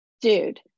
dude